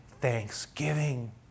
thanksgiving